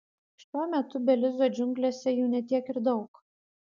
šiuo metu belizo džiunglėse jų ne tiek ir daug